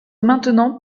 maintenant